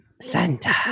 Santa